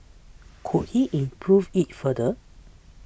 could he improve it further